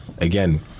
again